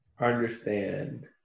understand